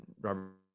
Robert